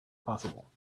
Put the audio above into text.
possible